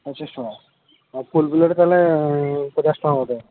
ପଚିଶ ଟଙ୍କା ଆଉ ଫୁଲ୍ ପ୍ଲେଟ୍ ତା'ହେଲେ ପଚାଶ ଟଙ୍କା ବୋଧେ